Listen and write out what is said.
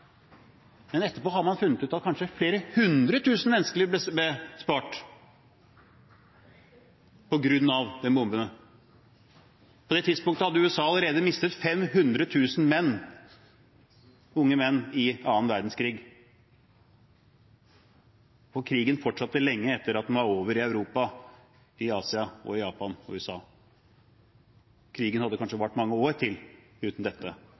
Men etterpå har man funnet ut at kanskje flere hundre tusen menneskeliv ble spart på grunn av de bombene. På det tidspunktet hadde USA allerede mistet 500 000 menn – unge menn – i annen verdenskrig. Og krigen fortsatte lenge etter at den var over i Europa – i Asia, i Japan og i USA. Krigen hadde kanskje vart i mange år til uten dette.